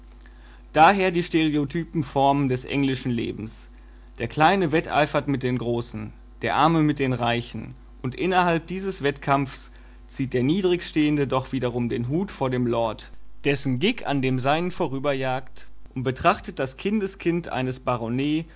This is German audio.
daher die stereotypen formen des englischen lebens der kleine wetteifert mit dem großen der arme mit dem reichen und innerhalb dieses wettkampfs zieht der niedrigstehende doch wiederum den hut vor dem lord dessen gig an dem seinen vorüberjagt und betrachtet das kindeskind eines